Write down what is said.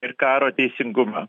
ir karo teisingumą